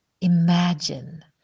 imagine